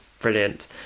Brilliant